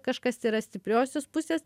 kažkas yra stipriosios pusės